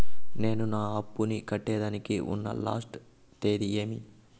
నేను నా అప్పుని కట్టేదానికి ఉన్న లాస్ట్ తేది ఏమి?